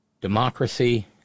democracy